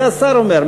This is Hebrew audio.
זה השר אומר,